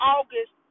August